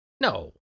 No